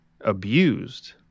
abused